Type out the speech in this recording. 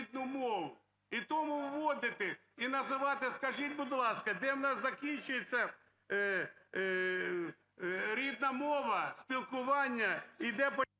Дякую.